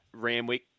Ramwick